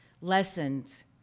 lessons